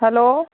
hello